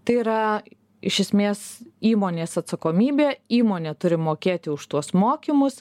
tai yra iš esmės įmonės atsakomybė įmonė turi mokėti už tuos mokymus